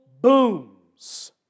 booms